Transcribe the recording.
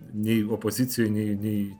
nei opozicijoj nei nei